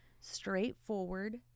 straightforward